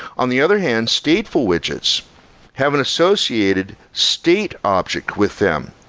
on the other hand, stateful widgets have an associated state object with them,